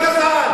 אתה גזען.